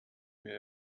mir